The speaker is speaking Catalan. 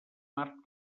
marc